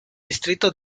distrito